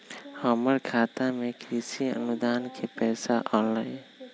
हमर खाता में कृषि अनुदान के पैसा अलई?